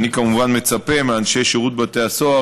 אני כמובן מצפה מאנשי שירות בתי הסוהר